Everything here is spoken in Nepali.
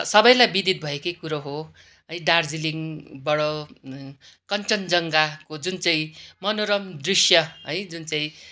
सबैलाई विदित भएकै कुरो हो है दार्जिलिङबाट कञ्चनजङ्घाको जुन चाहिँ मनोरम दृश्य है जुन चाहिँ